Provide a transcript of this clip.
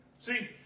See